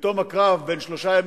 בתום קרב בן שלושה ימים,